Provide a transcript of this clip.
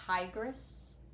tigress